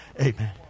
Amen